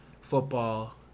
football